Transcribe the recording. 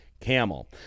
camel